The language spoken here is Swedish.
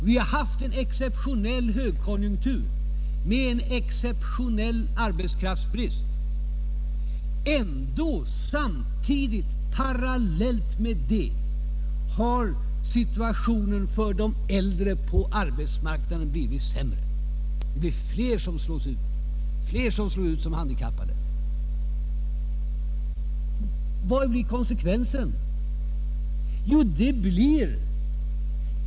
Vi har haft en exceptionell högkonjunktur med en exceptionell arbetskraftsbrist. Samtidigt och parallellt med detta har situationen för de äldre på arbetsmarknaden ändå blivit sämre, och allt fler slås ut som handikappade. Vad blir konsekvensen?